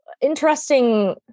interesting